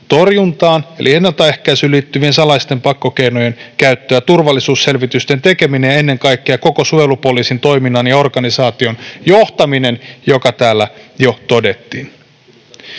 torjuntaan eli ennaltaehkäisyyn liittyvien salaisten pakkokeinojen käyttö ja turvallisuusselvitysten tekeminen ja ennen kaikkea koko suojelupoliisin toiminnan ja organisaation johtaminen, joka täällä jo todettiin.